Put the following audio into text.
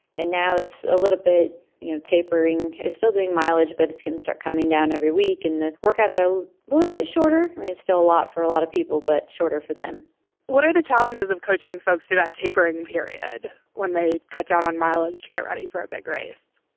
and now it's a little bit you know, tapering is still doing mileage, but it's going to start coming down every week in the workouts. so a little bit shorter. i mean, still a lot for a lot of people, but shorter for them what are the challenges of coaching folks that that tapering period when they cut down on mileage to get ready for a big race?